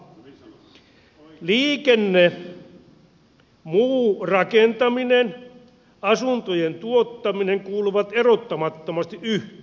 liikenne muu rakentaminen asuntojen tuottaminen kuuluvat erottamattomasti yhteen